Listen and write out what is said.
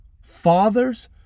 fathers